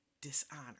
dishonor